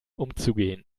umzugehen